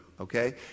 okay